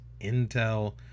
Intel